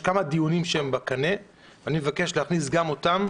יש כמה דיונים בקטנה, ואני מבקש להכניס גם אותם,